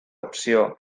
opció